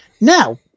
Now